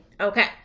Okay